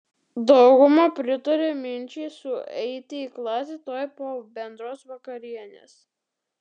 dauguma pritaria minčiai sueiti į klasę tuoj po bendros vakarienės